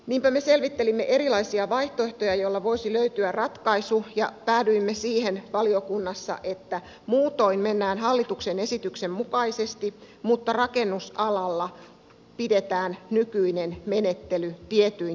niinpä me selvittelimme erilaisia vaihtoehtoja joilla voisi löytyä ratkaisu ja päädyimme siihen valiokunnassa että muutoin mennään hallituksen esityksen mukaisesti mutta rakennusalalla pidetään nykyinen menettely tietyin täsmennyksin